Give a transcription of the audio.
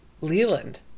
Leland